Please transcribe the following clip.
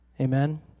Amen